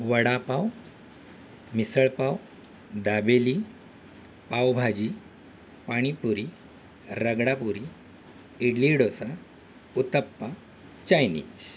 vada pav misal pav dabeli pav bhaji pani puri ragda puri idli dosa uttappa Chinese